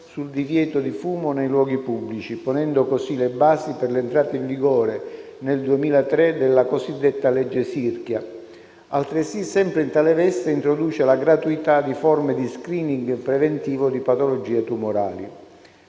sul divieto di fumo nei luoghi pubblici, ponendo così le basi per l'entrata in vigore nel 2003 della cosiddetta legge Sirchia. Altresì, sempre in tale veste, introduce la gratuità di forme di *screening* preventivo di patologie tumorali.